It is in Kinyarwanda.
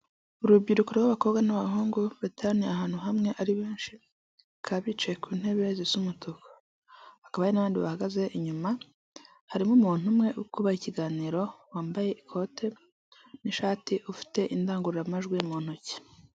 Urubyiruko rw'abakobwa n'abahungu bateraniye ahantu hamwe ari benshi , bakaba bicaye ku ntebe zisa umutuku, hakaba hari n'abandi bahagaze, inyuma harimo umuntu umwe uri kubaha ikiganiro wambaye ikote n'ishati, ufite indangururamajwi mu ntoki.